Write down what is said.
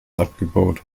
abgebaut